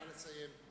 נא לסיים.